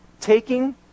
taking